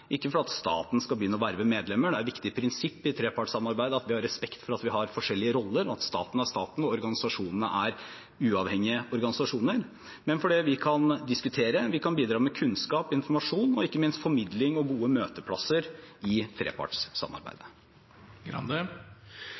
staten skal begynne å verve medlemmer, for det er et viktig prinsipp i trepartssamarbeidet å ha respekt for at vi har forskjellige roller, at staten er staten og organisasjonene er uavhengige organisasjoner, men fordi vi kan diskutere, vi kan bidra med kunnskap og informasjon og ikke minst formidling og gode møteplasser i trepartssamarbeidet.